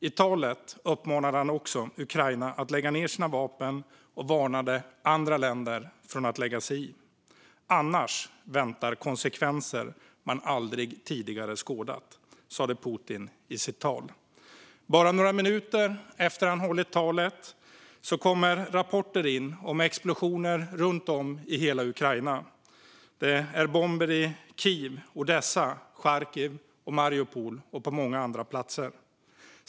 I talet uppmanade han också Ukraina att lägga ned sina vapen och varnade andra länder från att lägga sig i - annars väntade konsekvenser man aldrig tidigare skådat. Detta sa Putin i sitt tal. Bara några minuter efter att han hållit talet kom det rapporter om explosioner runt om i hela Ukraina - bomber i Kiev, Odessa, Charkiv, Mariupol och på många andra platser.